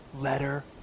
letter